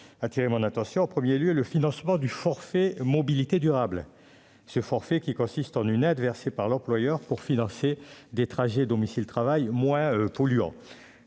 attiré mon attention. Le premier concerne le financement du forfait mobilités durables, qui est une aide versée par l'employeur pour financer des trajets domicile-travail moins polluants.